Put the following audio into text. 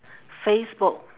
facebook